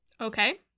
Okay